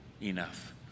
enough